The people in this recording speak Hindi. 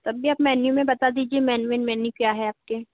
तब भी आप मेन्यू में बता दीजिए मेन मेन मेन्यू क्या है आपके